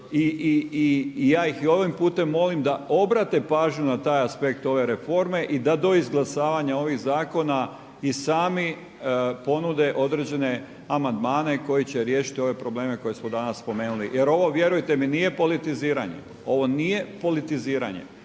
i ja ih ovim putem molim da obrate pažnju na taj aspekt ove reforme i da do izglasavanja ovih zakona i sami ponude određene amandmane koji će riješiti ove probleme koje smo danas spomenuli jer ovo vjerujte mi nije politiziranje. Ovo nije politiziranje,